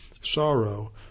sorrow